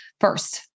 first